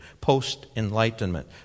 post-enlightenment